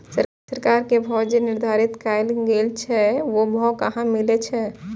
सरकार के भाव जे निर्धारित कायल गेल छै ओ भाव कहाँ मिले छै?